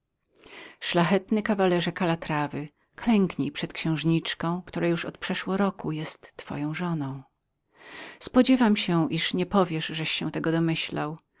zacny kawalerze kalatrawy klęknij przed księżniczką która już przeszło od roku jest twoją żoną spodziewam się iż nie powiesz żeś się tego domyślał